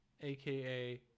aka